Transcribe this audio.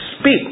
speak